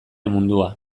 mundua